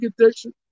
addiction